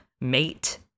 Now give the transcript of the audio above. mate